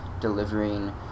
delivering